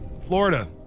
Florida